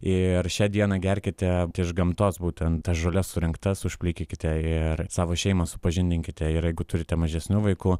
ir šią dieną gerkite iš gamtos būtent tas žoles surinktas užplikykite ir savo šeimą supažindinkite ir jeigu turite mažesnių vaikų